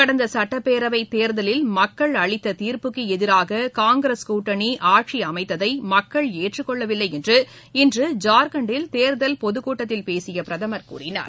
கடந்த சட்டப்பேரவைத் தேர்தலில் மக்கள் அளித்த தீர்ப்புக்கு எதிராக காங்கிரஸ் கூட்டணி ஆட்சி அமைத்ததை மக்கள் ஏற்றுக் கொள்ளவில்லை என்று இன்று ஜார்க்கண்ட்டில் தேர்தல் பொதுக்கூட்டத்தில் பேசிய பிரதமர் கூறினார்